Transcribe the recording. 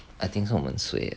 I think 是我们 suay